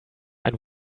ein